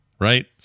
right